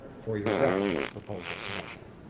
for your grant proposal submission.